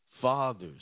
fathers